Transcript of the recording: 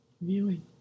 Viewing